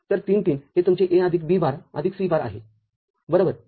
तर३३ हे तुमचे A आदिक B बार आदिक C बार आहे बरोबर